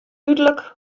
dúdlik